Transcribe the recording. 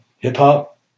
Hip-hop